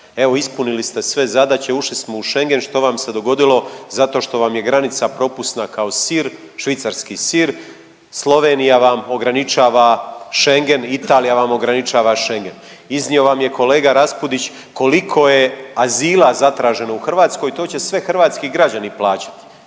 Evo ispunili ste sve zadaće, ušli smo u Schengen. Što vam se dogodilo? Zato što vam je granica propusna kao sir, švicarski sir, Slovenija vam ograničava Schengen, Italija vam ograničava Schengen. Iznio vam je kolega Raspudić koliko je azila zatraženo u Hrvatskoj, to će sve hrvatski građani plaćati.